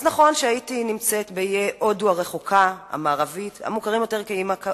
אז נכון שהאיטי נמצאת באיי הודו המערבית הרחוקים,